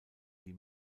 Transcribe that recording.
die